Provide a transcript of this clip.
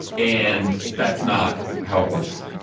and that's not how it works.